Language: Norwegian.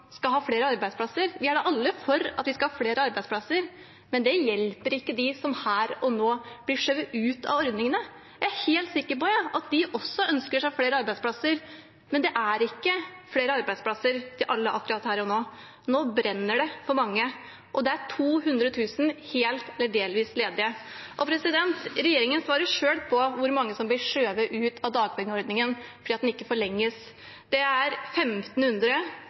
skal ha flere arbeidsplasser? Vi er da alle for at vi skal ha flere arbeidsplasser, men det hjelper ikke dem som her og nå blir skjøvet ut av ordningene. Jeg er helt sikker på at de også ønsker seg flere arbeidsplasser, men det er ikke flere arbeidsplasser til alle akkurat her og nå. Nå brenner det for mange, og det er 200 000 helt eller delvis ledige. Regjeringen svarer selv på hvor mange som blir skjøvet ut av dagpengeordningen fordi den ikke forlenges. Det er